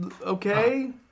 okay